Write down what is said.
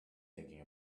thinking